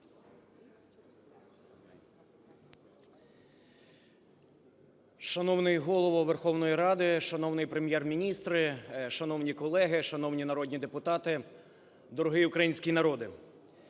Шановний Голово Верховної Ради! Шановний Прем'єр-міністр! Шановні колеги! Шановні народні депутати! Дорогий український народе!